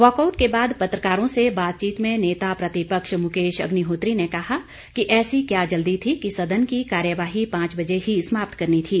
walkout के बाद पत्रकारों से बातचीत में नेता प्रतिपक्ष मुकेश अग्निहोत्री ने कहा कि ऐसी क्या जल्दी थी कि सदन की कार्यवाही पांच बजे ही समाप्त करनी थी